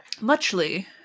Muchly